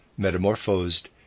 metamorphosed